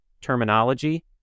terminology